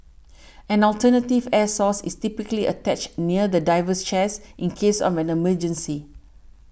an alternative air source is typically attached near the diver's chest in case of an emergency